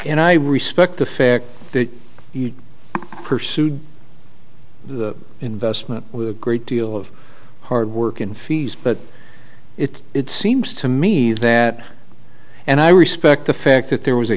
and i respect the fact that he pursued the investment with a great deal of hard work and fees but it it seems to me that and i respect the fact that there was a